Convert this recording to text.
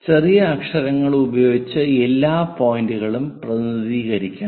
ചെറിയ അക്ഷരങ്ങൾ ഉപയോഗിച്ച് എല്ലാ പോയിന്റുകളും പ്രതിനിധീകരിക്കണം